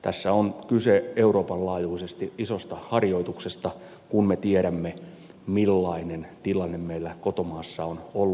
tässä on kyse euroopan laajuisesti isosta harjoituksesta kun me tiedämme millainen tilanne meillä kotomaassa on ollut